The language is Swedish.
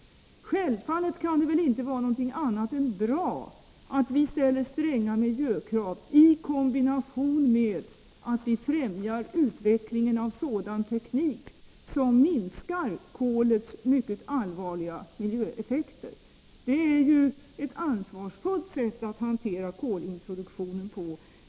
Självfallet kan det väl inte vara något annat än bra att vi ställer stränga miljökrav i kombination med att vi främjar utvecklingen av sådan teknik som minskar kolets mycket allvarliga miljöeffekter. Det är ju ett ansvarsfullt sätt att hantera kolintroduktionen på.